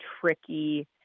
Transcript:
tricky